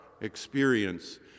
experience